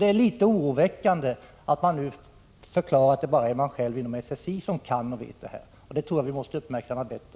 Det är litet oroväckande att man inom SSI nu förklarar att det bara är de själva som kan och vet något, och det tror jag vi måste uppmärksamma bättre.